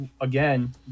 again